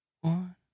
one